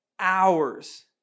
Hours